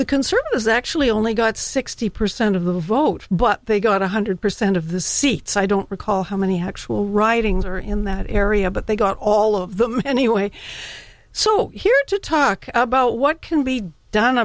the concern is actually only got sixty percent of the vote but they got one hundred percent of the seats i don't recall how many hacks will writings are in that area but they got all of them anyway so here to talk about what can be done